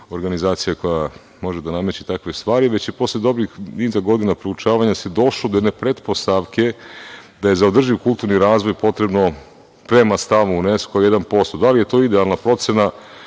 organizacija koja može da nameće takve stvari, već je posle dugog niza godina proučavanja se došlo do jedne pretpostavke da je za održiv kulturni razvoj potrebno prema stavu Unesko, jedan posto. Da li je to idealna procena